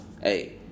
hey